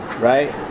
Right